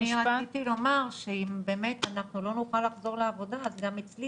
אני רציתי לומר שאם באמת אנחנו לא נוכל לחזור לעבודה אז גם אצלי